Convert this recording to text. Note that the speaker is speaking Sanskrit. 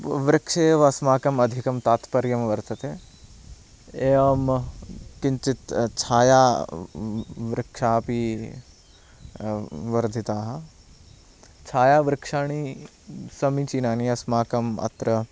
वृक्षे एव अस्माकम् अधिकं तात्पर्यं वर्तते एवं किञ्चित् छायावृक्षा अपि वर्धिताः छायावृक्षाणि समीचिनानि अस्माकम् अत्र